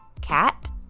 cat